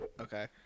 okay